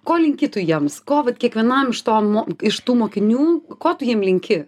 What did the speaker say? ko linki tu jiems ko vat kiekvienam iš to mu iš tų mokinių ko tu jiem linki